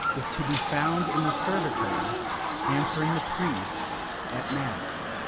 is to be found in the servitor answering the priest at mass.